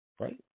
Right